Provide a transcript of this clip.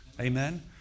Amen